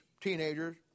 teenagers